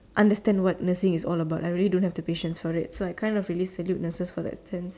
understand what nursing is all about I really don't have the patience for it so I kind of really salute nurses for that sense